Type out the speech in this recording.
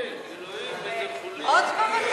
כן.